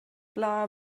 bla